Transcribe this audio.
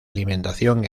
alimentación